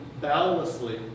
boundlessly